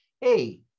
hey